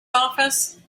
office